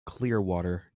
clearwater